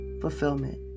fulfillment